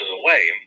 away